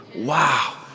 Wow